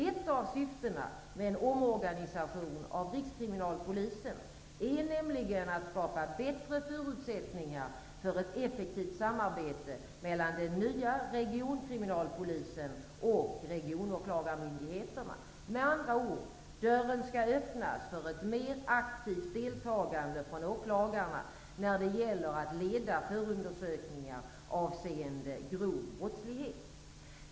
Ett av syftena med en omorganisation av Rikskriminalpolisen är nämligen att skapa bättre förutsättningar för ett effektivt samarbete mellan den nya regionkriminalpolisen och regionåklagarmyndigheterna. Med andra ord skall dörren öppnas för ett mer aktivt deltagande från åklagarna när det gäller att leda förundersökningar avseende grov brottslighet.